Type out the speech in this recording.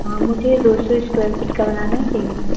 हाँ मुझे दो सौ इस्क्वयर फ़िट का बनाना है केबिन